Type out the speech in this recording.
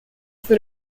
that